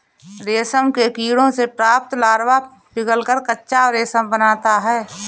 रेशम के कीड़ों से प्राप्त लार्वा पिघलकर कच्चा रेशम बनाता है